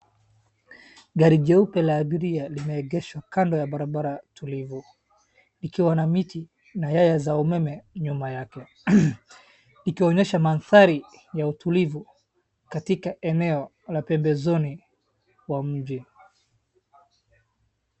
Gari jeupe la abiria limeegeshwa kando ya barabara tulivu likiwa na miti na nyaya za umeme nyuma yake. Ikionyesha mandhari ya utulivu katika eneo la pemebezoni wa mji.